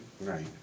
Right